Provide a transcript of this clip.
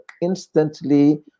instantly